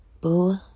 Boo